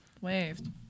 waved